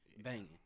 banging